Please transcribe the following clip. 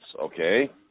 Okay